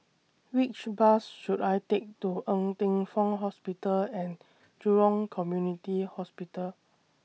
Which Bus should I Take to Ng Teng Fong Hospital and Jurong Community Hospital